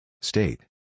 State